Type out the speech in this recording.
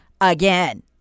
again